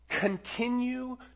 Continue